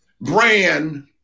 brand